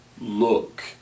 look